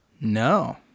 No